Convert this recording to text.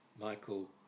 Michael